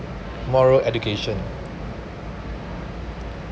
moral education